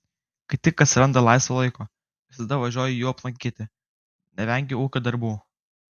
kai tik atsiranda laisvo laiko visada važiuoju jų aplankyti nevengiu ūkio darbų